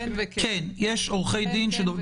עורכי דין.